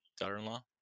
daughter-in-law